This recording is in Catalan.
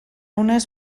unes